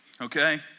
Okay